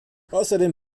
außerdem